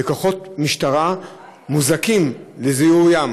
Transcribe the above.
וכוחות משטרה מוזעקים לזיהוים,